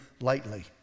lightly